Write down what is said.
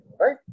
right